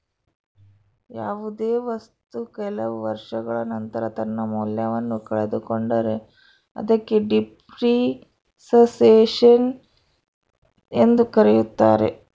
ಯಾವುದೇ ವಸ್ತು ಕೆಲವು ವರ್ಷಗಳ ನಂತರ ತನ್ನ ಮೌಲ್ಯವನ್ನು ಕಳೆದುಕೊಂಡರೆ ಅದಕ್ಕೆ ಡೆಪ್ರಿಸಸೇಷನ್ ಎಂದು ಕರೆಯುತ್ತಾರೆ